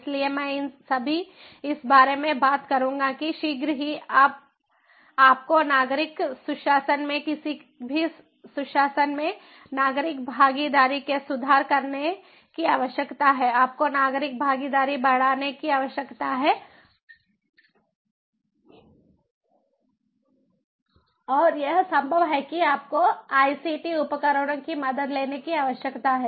इसलिए मैं इस बारे में बात करूंगा कि शीघ्र ही अब आपको नागरिक सुशासन में किसी भी सुशासन में नागरिक भागीदारी में सुधार करने की आवश्यकता है आपको नागरिक भागीदारी बढ़ाने की आवश्यकता है और यह संभव है कि आपको आईसीटी उपकरणों की मदद लेने की आवश्यकता है